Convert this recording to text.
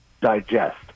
digest